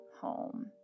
home